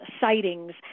sightings